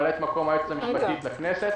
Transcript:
לממלאת מקום היועצת המשפטית לכנסת